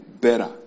Better